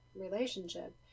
relationship